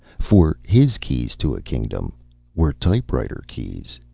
for his keys to a kingdom were typewriter keys!